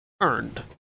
earned